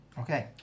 Okay